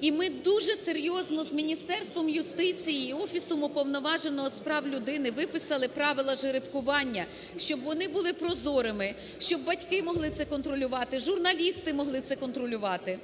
І ми дуже серйозно з Міністерством юстиції і Офісом Уповноваженого з прав людини виписали правила жеребкування, щоб вони були прозорими, щоб батьки могли це контролювати, журналісти могли це контролювати.